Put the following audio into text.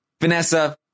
Vanessa